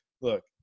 look